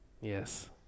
Yes